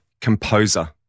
Composer